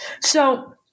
So-